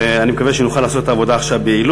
ואני מקווה שנוכל לעשות עכשיו את העבודה ביעילות.